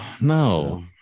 no